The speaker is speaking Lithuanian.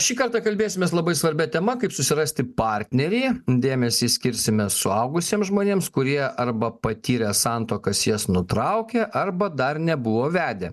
šį kartą kalbėsimės labai svarbia tema kaip susirasti partnerį dėmesį skirsime suaugusiems žmonėms kurie arba patyrę santuokas jas nutraukę arba dar nebuvo vedę